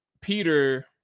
Peter